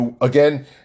Again